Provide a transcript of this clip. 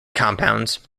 compounds